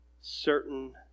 certain